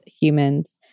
humans